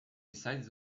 decided